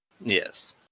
Yes